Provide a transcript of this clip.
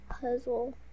puzzle